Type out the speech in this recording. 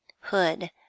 Hood